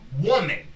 woman